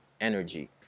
energy